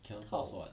cannot pause [what]